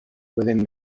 within